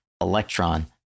electron